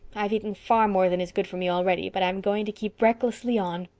i've eaten far more than is good for me already but i'm going to keep recklessly on.